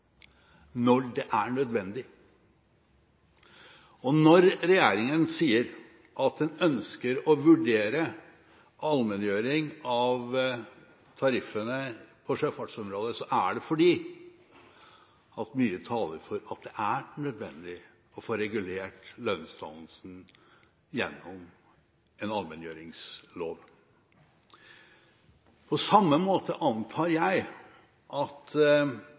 når det er nødvendig. Når regjeringen sier at den ønsker å vurdere allmenngjøring av tariffene på sjøfartsområdet, er det fordi mye taler for at det er nødvendig å få regulert lønnsdannelsen gjennom en allmenngjøringslov. På samme måte antar jeg det er når Høyre ønsker å utrede NIS på kysten: Jeg antar at